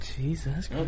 Jesus